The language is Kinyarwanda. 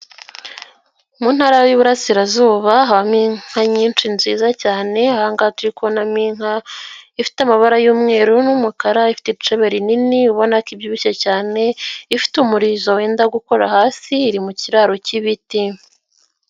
Mu ntara y'Iburarasirazuba habamo inka nyinshi nziza cyane, aha ngaha turi kubonamo inka ifite amabara y'umweru n'umukara, ifite icbe rinini ubona ibyibushye cyane, ifite umurizo wenda gukora hasi, iri mu kiraro k'ibiti.